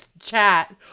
chat